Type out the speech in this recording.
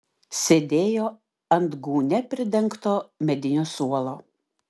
sėdėjo ant gūnia pridengto medinio suolo